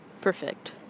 perfect